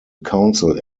council